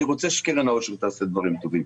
אני רוצה שקרן העושר תעשה דברים טובים,